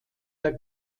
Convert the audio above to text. der